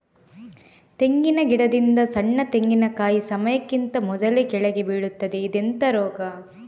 ತೆಂಗಿನ ಗಿಡದಿಂದ ಸಣ್ಣ ತೆಂಗಿನಕಾಯಿ ಸಮಯಕ್ಕಿಂತ ಮೊದಲೇ ಕೆಳಗೆ ಬೀಳುತ್ತದೆ ಇದೆಂತ ರೋಗ?